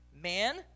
Man